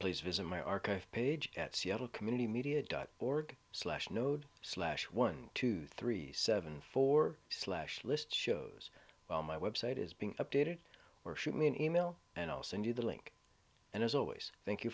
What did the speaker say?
please visit my archive page at seattle community media dot org slash node slash one two three seven four slash list shows well my website is being updated or shoot me an email and i'll send you the link and as always thank you